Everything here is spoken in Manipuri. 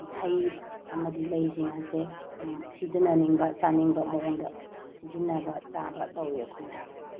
ꯍꯩ ꯑꯃꯗꯤ ꯂꯩꯁꯤꯡ ꯑꯁꯦ ꯁꯤꯖꯤꯟꯅꯅꯤꯡꯕ ꯆꯥꯅꯤꯡꯕ ꯃꯑꯣꯡꯗ ꯁꯤꯖꯤꯟꯅꯕ ꯆꯥꯕ ꯇꯧꯏ ꯑꯩꯈꯣꯏꯅ